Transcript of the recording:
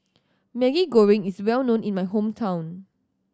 Maggi Goreng is well known in my hometown